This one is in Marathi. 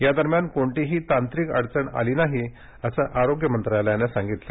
या दरम्यान कोणतीही तांत्रिक अडचण आली नाही असं आरोग्य मंत्रालयानं सांगितलं